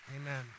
Amen